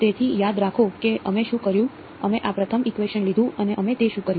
તેથી યાદ રાખો કે અમે શું કર્યું અમે આ પ્રથમ ઇકવેશન લીધું અને અમે તે શું કર્યું